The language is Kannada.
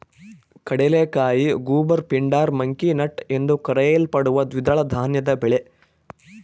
ಕಡಲೆಕಾಯಿ ಗೂಬರ್ ಪಿಂಡಾರ್ ಮಂಕಿ ನಟ್ ಎಂದೂ ಕರೆಯಲ್ಪಡುವ ದ್ವಿದಳ ಧಾನ್ಯದ ಬೆಳೆ